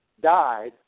died